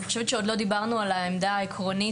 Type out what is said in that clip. אני חושבת שעוד לא דיברנו על העמדה העקרונית